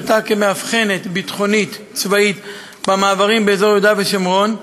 ששירתה כמאבחנת ביטחונית צבאית במעברים באזור יהודה ושומרון,